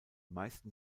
meisten